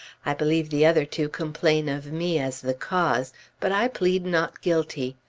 i believe the other two complain of me as the cause but i plead not guilty.